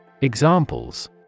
Examples